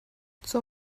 zur